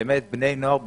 בני נוער בסיכון,